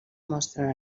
mostren